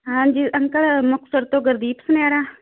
ਹਾਂਜੀ ਅੰਕਲ ਮੁਕਤਸਰ ਤੋਂ ਗੁਰਦੀਪ ਸੁਨਿਆਰਾ